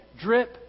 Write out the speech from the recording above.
Drip